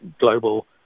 global